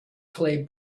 clay